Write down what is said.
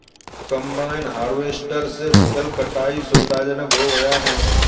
combine harvester से फसल कटाई सुविधाजनक हो गया है